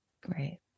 Great